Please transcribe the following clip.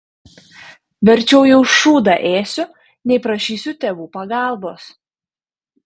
verčiau jau šūdą ėsiu nei prašysiu tėvų pagalbos